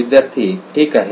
विद्यार्थी 1 ठीक आहे